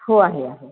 हो आहे आहे